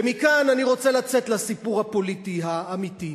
ומכאן אני רוצה לצאת לסיפור הפוליטי האמיתי.